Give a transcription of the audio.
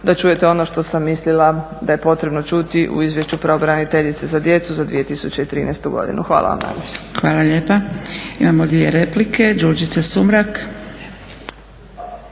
da čujete ono što sam mislila da je potrebno čuti u Izvješću pravobraniteljice za djecu za 2013.godinu. Hvala vam najljepša. **Zgrebec, Dragica (SDP)** Hvala lijepa. Imamo dvije replike. Đurđica Sumrak.